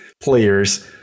players